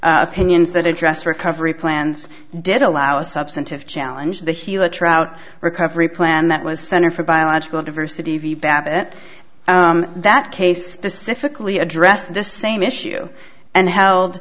opinions that address recovery plans did allow a substantive challenge the heel a trout recovery plan that was center for biological diversity babbitt that case pacifically address the same issue and held